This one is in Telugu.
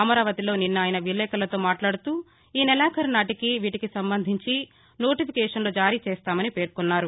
అమరావతిలో నిన్న ఆయన విలేకరులతో మాట్లాడుతూ ఈ నెలాఖరునాటికి వీటికి సంబంధించి నోటిఫికేషన్లు జారీ చేస్తామని పేర్కొన్నారు